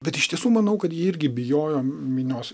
bet iš tiesų manau kad jie irgi bijojo minios